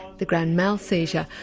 the grande mal seizure,